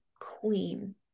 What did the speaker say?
queen